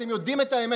אתם יודעים את האמת.